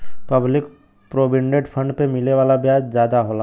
public provident fund पे मिले वाला ब्याज जादा होला